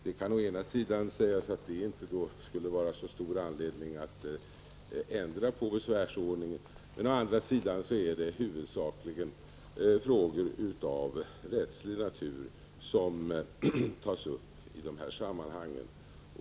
Det kan å ena sidan sägas att det då inte kan finnas så stor anledning att ändra på besvärsordningen, men å andra sidan är det huvudsakligen frågor av rättslig natur som tas upp i dessa sammanhang.